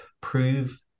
prove